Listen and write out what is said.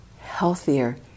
healthier